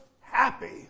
happy